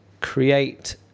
create